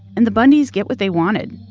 and the bundys get what they wanted,